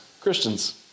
Christians